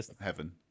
heaven